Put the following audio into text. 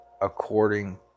according